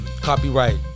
copyright